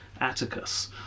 Atticus